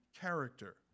character